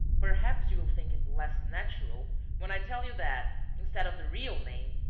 perhaps you will think it less natural when i tell you that, instead of the real name,